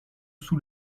sous